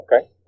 Okay